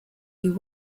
you